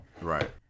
Right